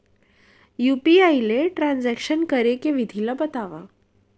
UPI ले transaction करे के विधि ला बतावव?